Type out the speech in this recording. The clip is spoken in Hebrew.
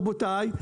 רבותיי,